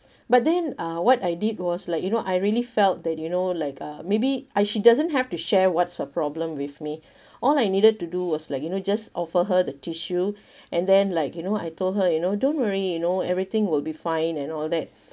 but then uh what I did was like you know I really felt that you know like uh maybe I she doesn't have to share what's her problem with me all I needed to do was like you know just offer her the tissue and then like you know I told her you know don't worry you know everything will be fine and all that